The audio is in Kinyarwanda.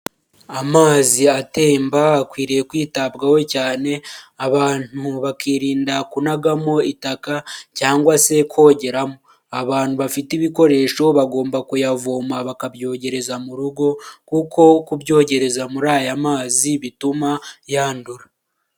Amazi atemba akwiriye kwitabwaho cyane abantu bakirinda kunagamo itaka cyangwa se kogeramo, abantu bafite ibikoresho bagomba kuyavoma bakabyogereza mu rugo, kuko kubyogereza muri aya mazi bituma yandura.